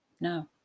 No